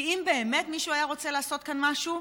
כי אם באמת מישהו היה רוצה לעשות כאן משהו,